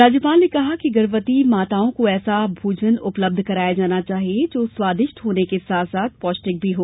राज्यपाल ने कहा कि गर्भवती माताओं को ऐसा भोजन उपलब्ध कराया जाना चाहिए जो स्वादिष्ट होने के साथ साथ पौष्टिक भी हो